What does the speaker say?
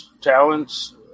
talents